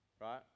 Right